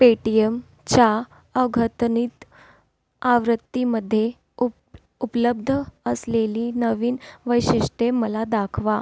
पे टी एमच्या अघतनीत आवृत्तीमध्ये उप उपलब्ध असलेली नवीन वैशिष्ट्ये मला दाखवा